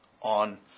on